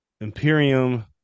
Imperium